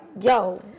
yo